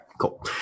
cool